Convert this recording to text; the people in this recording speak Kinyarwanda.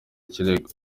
ikirego